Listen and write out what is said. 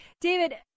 David